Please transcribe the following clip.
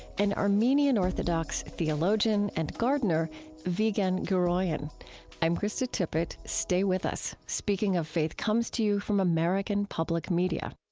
and armenian orthodox theologian and gardener vigen guroian i'm krista tippett. stay with us. speaking of faith comes to you from american public media